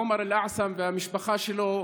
עומר אלאעסם והמשפחה שלו,